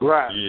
Right